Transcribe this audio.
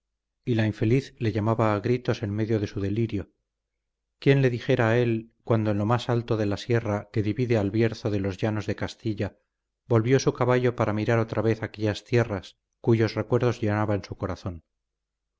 y la infeliz le llamaba a gritos en medio de su delirio quién le dijera a él cuando en lo más alto de la sierra que divide al bierzo de los llanos de castilla volvió su caballo para mirar otra vez aquella tierra cuyos recuerdos llenaban su corazón